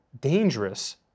dangerous